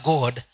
God